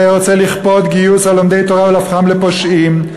שרוצה לכפות גיוס על לומדי תורה ולהופכם לפושעים.